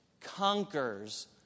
conquers